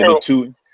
two